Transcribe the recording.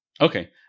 Okay